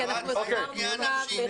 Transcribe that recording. כי אנחנו החזרנו אותם --- חבר'ה,